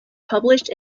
published